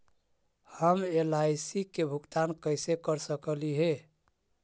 हम एल.आई.सी के भुगतान कैसे कर सकली हे?